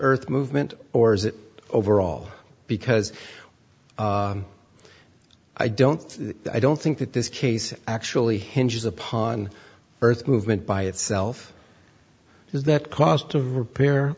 earth movement or is it overall because i don't i don't think that this case actually hinges upon earth movement by itself is that cost of repair